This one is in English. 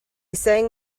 sang